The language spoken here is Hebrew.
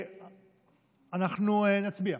אנחנו נצביע.